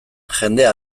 jendea